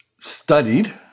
studied